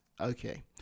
Okay